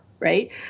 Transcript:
right